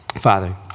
Father